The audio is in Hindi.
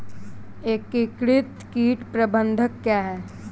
एकीकृत कीट प्रबंधन क्या है?